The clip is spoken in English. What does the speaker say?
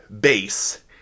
bass